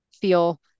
feel